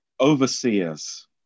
Overseers